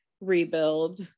rebuild